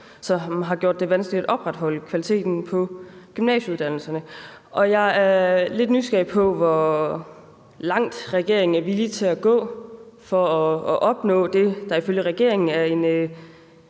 som har gjort det vanskeligt at opretholde kvaliteten på gymnasieuddannelserne. Jeg er lidt nysgerrig på, hvor langt regeringen er villig til at gå for at opnå det, der ifølge regeringen er en